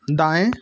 दाएँ